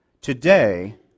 Today